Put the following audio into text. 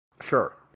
Sure